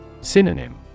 Synonym